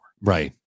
Right